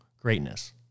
greatness